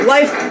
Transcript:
Life